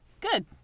Good